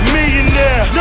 Millionaire